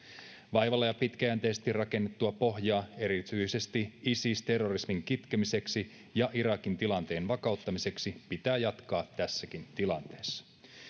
vaivalla ja pitkäjänteisesti rakennettua pohjaa erityisesti isis terrorismin kitkemiseksi ja irakin tilanteen vakauttamiseksi pitää jatkaa tässäkin tilanteessa